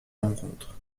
rencontre